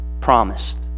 promised